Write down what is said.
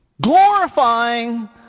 glorifying